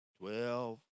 Twelve